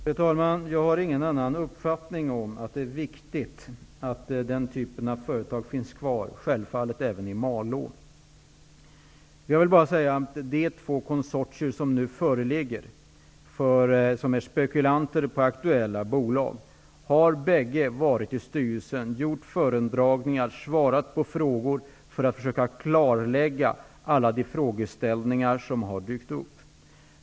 Fru talman! Jag har ingen annan uppfattning än att det är viktigt att den typen av företag finns kvar även i Malå. De två konsortier som nu är spekulanter på de aktuella bolagen har bägge framträtt inför styrelsen, gjort föredragningar och försökt klarlägga och svara på alla de frågor som har dykt upp.